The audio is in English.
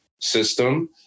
system